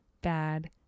bad